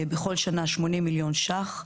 בכל שנה 80 מיליון שקלים,